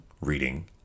reading